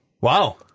Wow